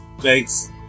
thanks